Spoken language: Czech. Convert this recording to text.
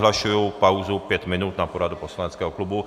Vyhlašuji pauzu pět minut na poradu poslaneckého klubu.